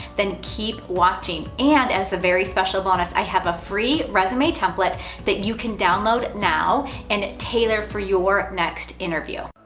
then keep watching. and, as a very special bonus, i have a free resume template that you can download now and tailor for your next interview.